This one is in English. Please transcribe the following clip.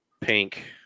Pink